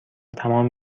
تمام